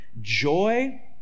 joy